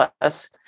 plus